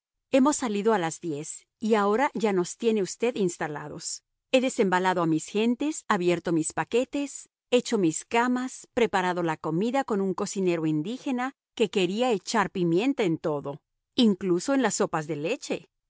hemos salido a las diez y ahora ya nos tiene usted instalados he desembalado a mis gentes abierto mis paquetes hecho mis camas preparado la comida con un cocinero indígena que quería echar pimienta en todo incluso en las sopas de leche